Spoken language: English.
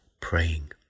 praying